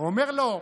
הוא אומר לו: